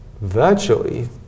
virtually